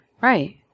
Right